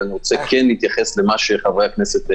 אני רוצה להתייחס למה שהעלו חברי הכנסת,